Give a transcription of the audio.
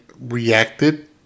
reacted